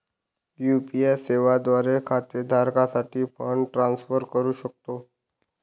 UPI सेवा द्वारे खाते धारकासाठी फंड ट्रान्सफर करू शकतो